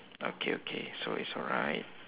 okay okay so it's alright